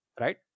Right